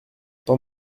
tant